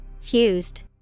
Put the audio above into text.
Fused